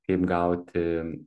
kaip gauti